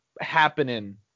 happening